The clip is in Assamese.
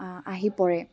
আহি পৰে